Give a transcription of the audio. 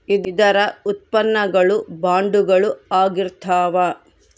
ಇದರ ಉತ್ಪನ್ನ ಗಳು ಬಾಂಡುಗಳು ಆಗಿರ್ತಾವ